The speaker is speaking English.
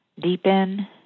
deepen